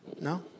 No